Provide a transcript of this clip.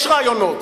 יש רעיונות.